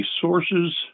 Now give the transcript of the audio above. sources